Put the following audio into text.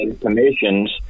Commissions